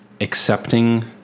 accepting